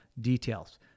details